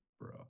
bro